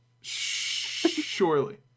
Surely